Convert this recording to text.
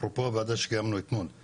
אפרופו הוועדה שקיימנו אתמול,